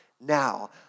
now